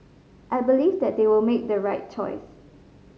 I believe that they will make the right choice